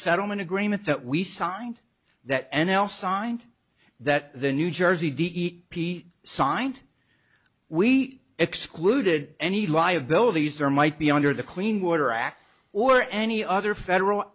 settlement agreement that we signed that n l signed that the new jersey d e p signed we excluded any liabilities there might be under the clean water act or any other federal